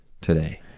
today